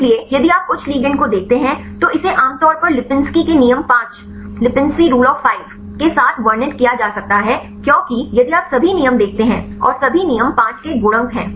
इसलिए यदि आप उच्च लिगंड को देखते हैं तो इसे आमतौर पर लिपिंसी के नियम 5 केLipinsi's rule of 5 के साथ वर्णित किया जा सकता है क्योंकि यदि आप सभी नियम देखते हैं और सभी नियम 5 के गुणक हैं